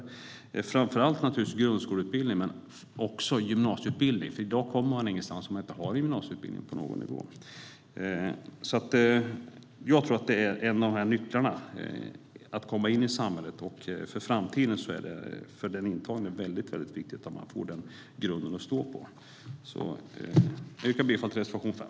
Det handlar framför allt om grundskoleutbildning men också gymnasieutbildning. I dag kommer man ingenstans om man inte har gymnasieutbildning på någon nivå. Det är en av nycklarna för att komma in i samhället. För den intagne är det för framtiden väldigt viktigt att den får den grunden att stå på. Jag yrkar bifall till reservation 5.